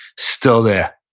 still there.